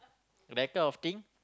that kind of thing